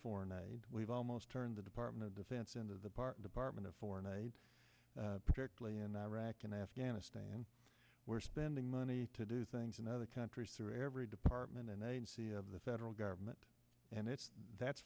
foreign aid we've almost turned the department of defense into the part department of foreign aid particularly in iraq and afghanistan we're spending money to do things in other countries through every department and agency of the federal government and it's that